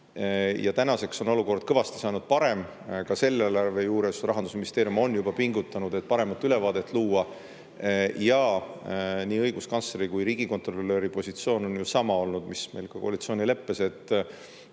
ja tänaseks on olukord kõvasti saanud parem. Ka selle eelarve juures Rahandusministeerium on juba pingutanud, et paremat ülevaadet luua. Ja nii õiguskantsleri kui riigikontrolöri positsioon on ju sama olnud, mis meil ka koalitsioonileppes, et